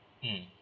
mm